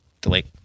Delete